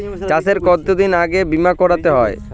চাষে কতদিন আগে বিমা করাতে হয়?